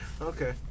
Okay